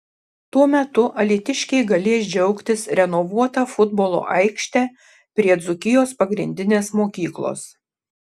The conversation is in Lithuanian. tuo metu alytiškiai galės džiaugtis renovuota futbolo aikšte prie dzūkijos pagrindinės mokyklos